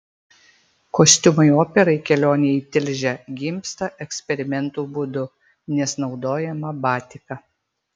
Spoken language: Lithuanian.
kostiumai operai kelionė į tilžę gimsta eksperimentų būdu nes naudojama batika